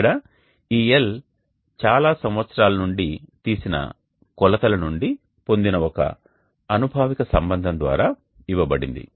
ఇక్కడ ఈ L చాలా సంవత్సరాల నుండి తీసిన కొలతల నుండి పొందిన ఒక అనుభావిక సంబంధం ద్వారా ఇవ్వబడింది